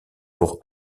pour